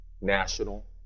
national